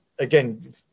again